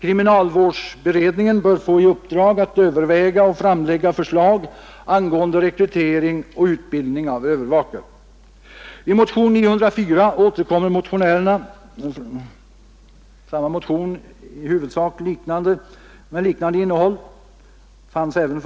Kriminalvårdsberedningen bör få i uppdrag att överväga och framlägga förslag angående rekrytering och utbildning av övervakare. Motionen 904 har i huvudsak samma innehåll som en motion som väcktes förra året.